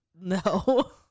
No